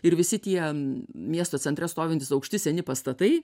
ir visi tie miesto centre stovintys aukšti seni pastatai